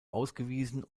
ausgewiesen